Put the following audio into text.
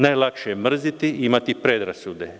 Najlakše je mrzeti i imati predrasude.